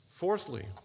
Fourthly